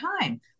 time